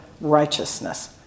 righteousness